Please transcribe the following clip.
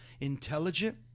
intelligent